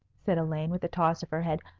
said elaine, with a toss of her head.